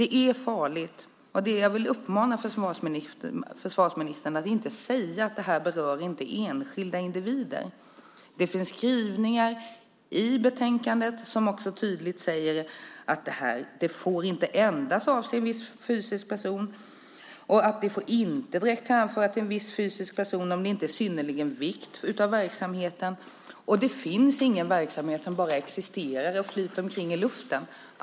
Det är farligt - där vill jag rikta en uppmaning till försvarsministern - att säga att det här inte berör enskilda individer. Det finns skrivningar i betänkandet som tydligt visar att det här inte får avse en viss fysisk person och att det inte direkt får hänföra till en viss fysisk person om det inte är av synnerlig vikt för verksamheten. Det finns ingen verksamhet som bara existerar och liksom finns där i luften.